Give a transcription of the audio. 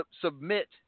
submit